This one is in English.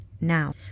now